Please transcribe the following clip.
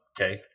okay